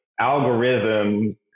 algorithms